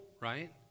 right